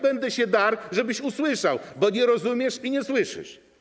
Będę się darł, żebyś usłyszał, bo nie rozumiesz i nie słyszysz.